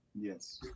Yes